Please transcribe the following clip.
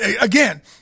again